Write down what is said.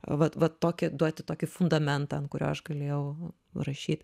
vat vat tokį duoti tokį fundamentą an kurio aš galėjau rašyt